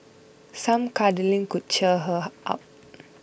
some cuddling could cheer her her up